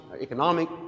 economic